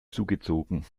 zugezogen